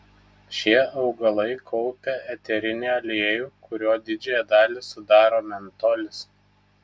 šie augalai kaupia eterinį aliejų kurio didžiąją dalį sudaro mentolis